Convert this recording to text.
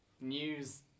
news